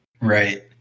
right